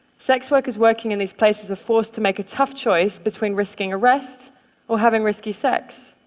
sex workers working in these places are forced to make a tough choice between risking arrest or having risky sex.